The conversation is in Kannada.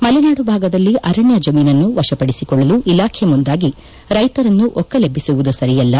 ಮಲೆನಾಡು ಭಾಗದಲ್ಲಿ ಅರಣ್ಯ ಜಮೀನನ್ನು ವಶಪಡಿಸಿಕೊಳ್ಳಲು ಇಲಾಖೆ ಮುಂದಾಗಿ ರೈತರನ್ನು ಒಕ್ಕಲೆಬ್ಬಿಸುವುದು ಸರಿಯಲ್ಲ